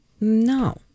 no